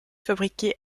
fabriqué